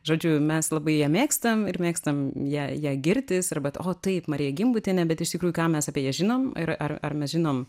žodžiu mes labai ją mėgstam ir mėgstam ja ja girtis arba o taip marija gimbutienė bet iš tikrųjų ką mes apie ją žinom ir ar ar mes žinom